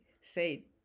say